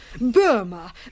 Burma